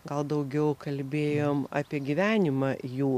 gal daugiau kalbėjom apie gyvenimą jų